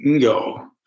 go